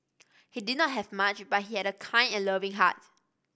he did not have much but he had a kind and loving heart